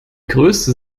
größte